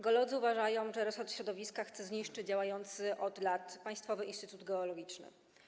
Geolodzy uważają, że resort środowiska chce zniszczyć działający od lat Państwowy Instytut Geologiczny.